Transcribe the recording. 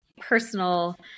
personal